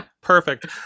perfect